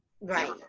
Right